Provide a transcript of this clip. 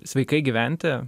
sveikai gyventi